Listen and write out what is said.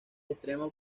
extremo